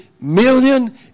million